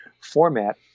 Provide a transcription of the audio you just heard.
format